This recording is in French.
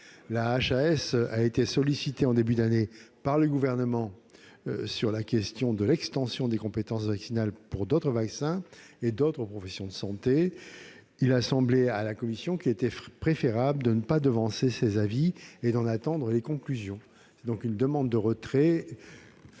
santé a été sollicitée en début d'année par le Gouvernement sur la question de l'extension des compétences vaccinales à d'autres vaccins et à d'autres professions de santé. Il a semblé à la commission qu'il était préférable de ne pas devancer cet avis et d'en attendre les conclusions. La commission demande donc le retrait